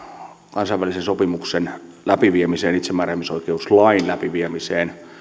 kansainvälisen sopimuksen läpiviemiseen itsemääräämisoikeuslain läpiviemiseen